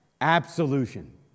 absolution